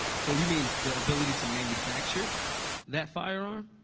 so, you mean the ability to manufacture that firearm?